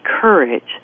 courage